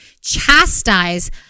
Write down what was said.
chastise